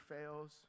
fails